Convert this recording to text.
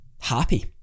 happy